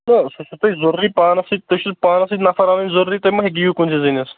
تہٕ سۄ چھو تۄہہِ ضروٗری پانَس سۭتۍ تُہۍ چھُ پانَس سۭتۍ نَفَر اَنٕںۍ ضروٗری تُہۍ ما گییِو کُنسٕے زٔنِس